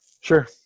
Sure